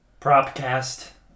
Propcast